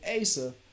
Asa